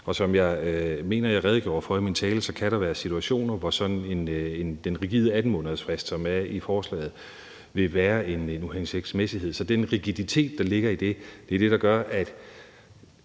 og som jeg mener at jeg redegjorde for i min tale, kan der være situationer, hvor den rigide 18-månedersfrist, som er i forslaget, vil være en uhensigtsmæssighed. Så den rigiditet, der ligger i det, er det, der gør, at